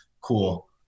cool